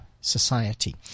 society